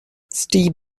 steve